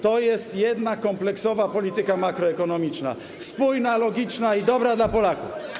To jest jedna, kompleksowa polityka makroekonomiczna - spójna, logiczna i dobra dla Polaków.